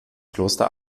kloster